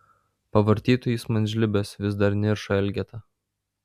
pavartytų jis man žlibes vis dar niršo elgeta